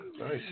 Nice